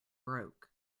broke